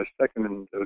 second